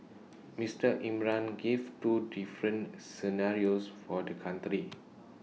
Mister Imran gave two different scenarios for the country